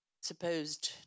supposed